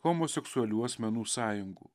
homoseksualių asmenų sąjungų